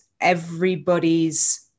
everybody's